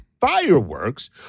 fireworks